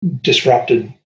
disrupted